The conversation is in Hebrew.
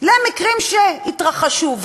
למקרים שיתרחשו.